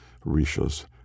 Risha's